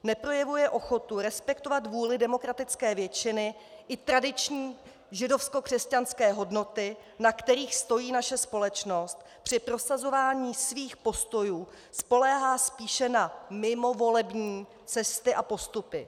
Neprojevuje ochotu respektovat vůli demokratické většiny i tradiční židovskokřesťanské hodnoty, na kterých stojí naše společnost, při prosazování svých postojů spoléhá spíše na mimovolební cesty a postupy.